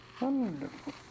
Wonderful